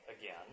again